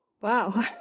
Wow